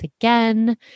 again